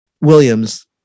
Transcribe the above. Williams